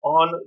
on